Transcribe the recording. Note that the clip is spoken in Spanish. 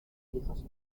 hijos